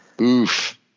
Oof